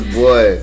boy